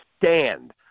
stand